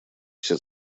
все